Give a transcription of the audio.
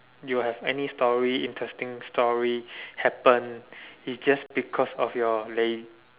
you have any story interesting story happen is just because of your laze